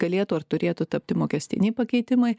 galėtų ar turėtų tapti mokestiniai pakeitimai